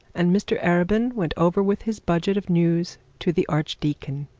and mr arabin went over with his budget of news to the archdeacon.